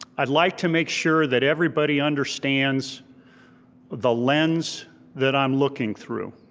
i'd like to make sure that everybody understands the lens that i'm looking through.